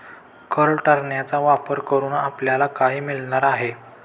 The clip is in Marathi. कर टाळण्याचा वापर करून आपल्याला काय मिळणार आहे?